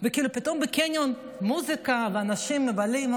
ופתאום בקניון מוזיקה ואנשים מבלים.